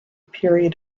period